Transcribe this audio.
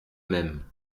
même